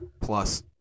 plus